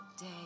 day